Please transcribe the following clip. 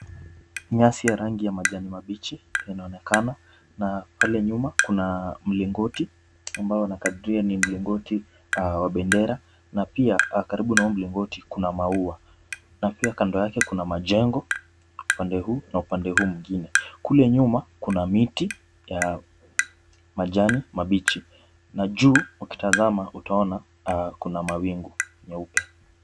Nyasi ya rangi ya majani mabichi inaonekana na pale nyuma kuna mlingoti ambao nakadiria ni mlingoti wa bendera na pia karibu na huo mlingoti kuna maua na pia kando yake kuna majengo upande huu na upande huu mwingine. Kule nyuma kuna miti ya majani mabichi na juu ukitazama utaona kuna mawingu meupe.